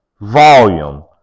volume